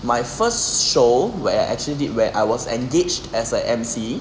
my first show were I actually did where I was engaged as a emcee